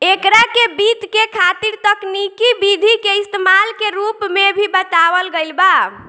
एकरा के वित्त के खातिर तकनिकी विधि के इस्तमाल के रूप में भी बतावल गईल बा